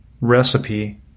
recipe